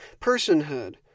personhood